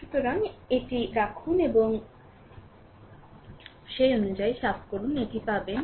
সুতরাং এটি রাখুন এবং সেই অনুযায়ী সাফ করুন এটি পাবেন